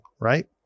right